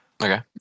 okay